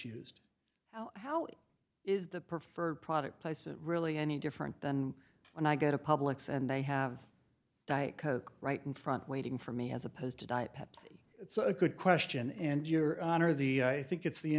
used how is the preferred product placement really any different than when i get a publix and they have diet coke right in front waiting for me as opposed to diet pepsi it's a good question and your honor the i think it's the